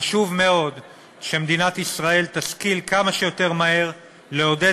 חשוב מאוד שמדינת ישראל תשכיל כמה שיותר מהר לעודד